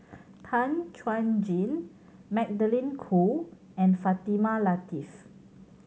Tan Chuan Jin Magdalene Khoo and Fatimah Lateef